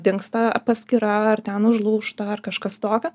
dingsta paskyra ar ten užlūžta ar kažkas tokio